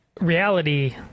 reality